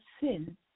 sin